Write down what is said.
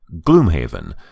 Gloomhaven